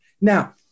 Now